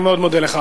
אני מאוד מודה לך.